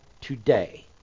today